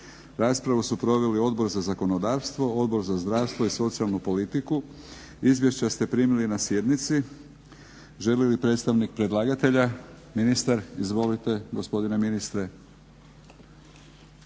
Raspravu su proveli Odbor za zakonodavstvo, Odbor za zdravstvo i socijalnu politiku. Izvješća ste primili na sjednici. Želi li predstavnik predlagatelja? Ministar. Izvolite gospodine ministre.